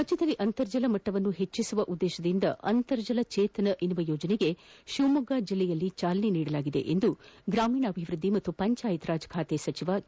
ರಾಜ್ಯದಲ್ಲಿ ಅಂತರ್ಜಲ ಮಟ್ಟವನ್ನು ಹೆಚ್ಚಸುವ ಉದ್ದೇಶದಿಂದ ಅಂತರ್ಜಲ ಜೇತನ ಎಂಬ ಯೋಜನೆಗೆ ಶಿವಮೊಗ್ಗ ಜೆಲ್ಲೆಯಲ್ಲಿ ಚಾಲನೆ ನೀಡಲಾಗಿದೆ ಎಂದು ಗ್ರಾಮೀಣಾಭಿವೃದ್ಧಿ ಮತ್ತು ಪಂಚಾಯತ್ ರಾಜ್ ಸಚಿವ ಕೆ